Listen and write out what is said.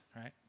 right